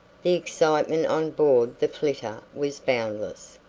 the excitement on board the flitter was boundless.